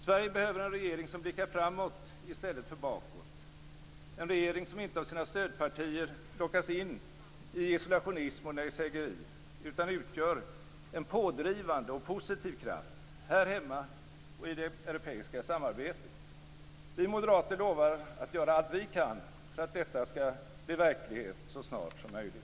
Sverige behöver en regering som blickar framåt i stället för bakåt. Sverige behöver en regering som inte lockas in i isolationism och nejsägeri av sina stödpartier utan utgör en pådrivande och positiv kraft - här hemma och i det europeiska samarbetet. Vi moderater lovar att göra allt vi kan för att detta skall bli verklighet så snart som möjligt.